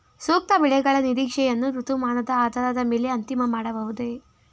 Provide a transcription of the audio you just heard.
ಸೂಕ್ತ ಬೆಳೆಗಳ ನಿರೀಕ್ಷೆಯನ್ನು ಋತುಮಾನದ ಆಧಾರದ ಮೇಲೆ ಅಂತಿಮ ಮಾಡಬಹುದೇ?